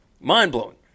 Mind-blowing